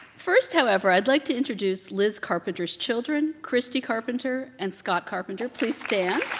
first however i'd like to introduce liz carpenter's children christy carpenter and scott carpenter, please stand.